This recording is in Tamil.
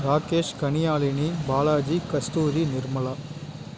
ராகேஷ் கனியாழினி பாலாஜி கஸ்தூரி நிர்மலா